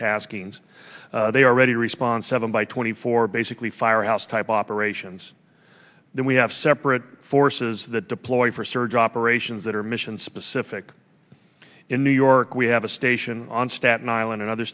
taskings they are ready response seven by twenty four basically firehouse type operations that we have separate forces that deployed for surge operations that are mission specific in new york we have a station on staten island and other